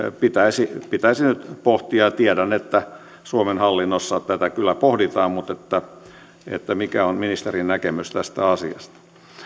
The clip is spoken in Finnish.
pitäisi pitäisi nyt pohtia ja tiedän että suomen hallinnossa tätä kyllä pohditaan mutta mikä on ministerin näkemys tästä asiasta